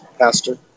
pastor